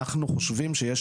אנחנו חושבים שיש